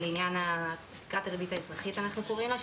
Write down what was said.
אנחנו קוראים לה תקרת הריבית האזרחית שיש